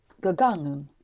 gegangen